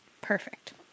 Perfect